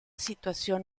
situación